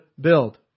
build